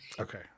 Okay